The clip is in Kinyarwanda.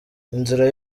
inzira